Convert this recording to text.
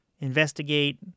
investigate